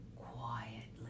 quietly